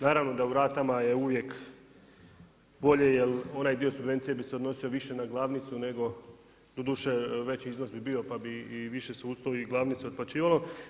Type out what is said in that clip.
Naravno da u ratama je uvijek bolje jer onaj dio subvencije bi se odnosio više na glavnicu nego, doduše veći iznos bi bio pa bi i više se uz to i glavnica otplaćivalo.